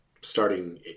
Starting